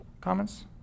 comments